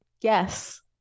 Yes